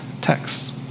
texts